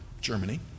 Germany